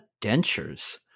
dentures